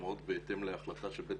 מפורסמות בהתאם להחלטה של בית